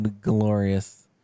glorious